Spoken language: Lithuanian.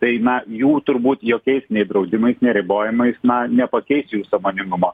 tai na jų turbūt jokiais nei draudimais nei ribojamais na nepakeisi jų sąmoningumo